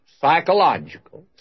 psychological